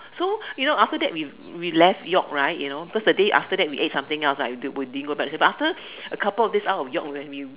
so you know after that we we left York right you know cause the day after that we ate something else right we didn't we didn't go back so but after a couple of days out of York when we